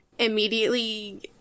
Immediately